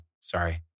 sorry